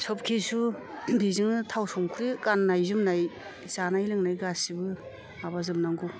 सबखिसु बिजोंनो थाव संख्रि गाननाय जोमनाय जानाय लोंनाय गासैबो माबाजोबनांगौ